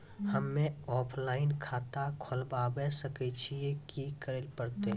हम्मे ऑफलाइन खाता खोलबावे सकय छियै, की करे परतै?